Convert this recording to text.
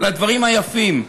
הדברים היפים.